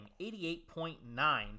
88.9%